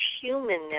humanness